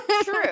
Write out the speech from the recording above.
True